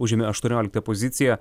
užėmė aštuonioliktą poziciją